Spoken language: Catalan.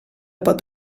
pot